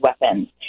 weapons